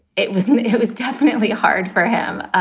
it was it was definitely hard for him,